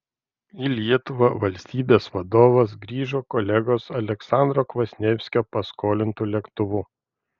į lietuvą valstybės vadovas grįžo kolegos aleksandro kvasnievskio paskolintu lėktuvu